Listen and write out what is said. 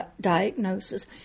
diagnosis